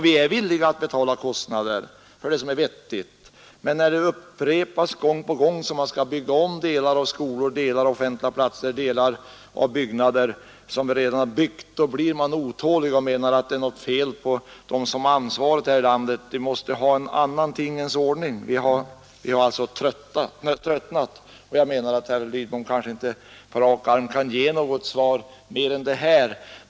Vi är villiga att betala kostnader för det som är vettigt, men när skadegörelsen upprepas gång på gång så att man ständigt får bygga upp delar av skolor och delar av offentliga platser blir man otålig och menar att det är något fel på de ansvariga i landet. Vi måste ha en annan tingens ordning. Vi har med andra ord tröttnat. Jag föreställer mig inte att statsrådet Lidbom på rak arm skall kunna ge något annat svar än det som jag har fått.